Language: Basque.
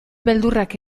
beldurrak